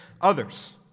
others